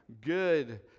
good